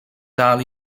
dal